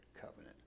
covenant